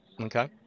Okay